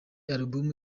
album